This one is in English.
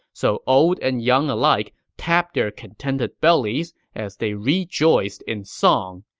so old and young alike tapped their contented bellies as they rejoiced in song.